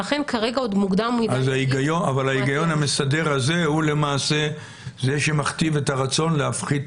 אבל ההיגיון המסדר הזה הוא למעשה זה שמכתיב את הרצון להפחית